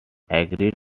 agreed